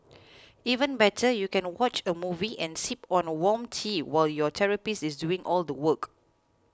even better you can watch a movie and sip on warm tea while your therapist is doing all the work